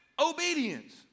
obedience